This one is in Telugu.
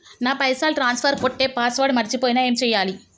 నా పైసల్ ట్రాన్స్ఫర్ కొట్టే పాస్వర్డ్ మర్చిపోయిన ఏం చేయాలి?